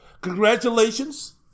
congratulations